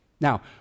Now